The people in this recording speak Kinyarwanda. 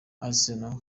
arsenal